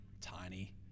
tiny